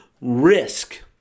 risk